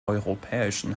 europäischen